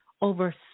over